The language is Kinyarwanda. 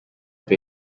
pee